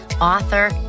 author